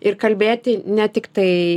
ir kalbėti ne tiktai